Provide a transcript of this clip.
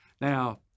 Now